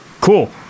Cool